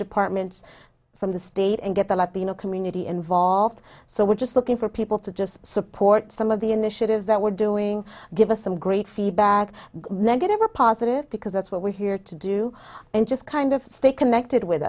departments from the state and get the latino community involved so we're just looking for people to just support some of the initiatives that we're doing give us some great feedback negative or positive because that's what we're here to do and just kind of stay connected with